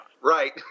Right